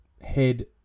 head